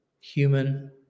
human